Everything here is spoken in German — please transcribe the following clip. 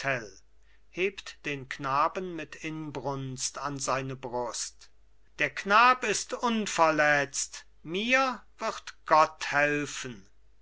hebt den knaben mit inbrunst an seine brust der knab ist unverletzt mir wird gott helfen